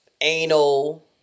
anal